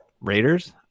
Raiders